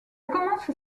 commence